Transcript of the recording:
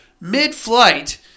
mid-flight